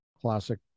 classic